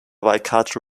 waikato